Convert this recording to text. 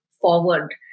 forward